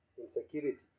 insecurity